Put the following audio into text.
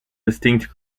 distinct